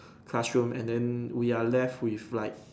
classroom and then we are left with like